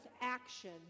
action